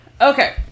Okay